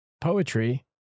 poetry